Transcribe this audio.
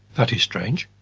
that is strange.